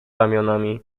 ramionami